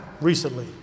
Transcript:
recently